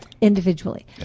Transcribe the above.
Individually